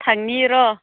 थांनि र'